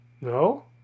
no